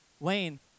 Lane